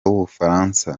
w’ubufaransa